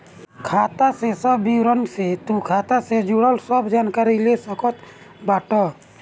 खाता के सब विवरण से तू खाता से जुड़ल सब जानकारी ले सकत बाटअ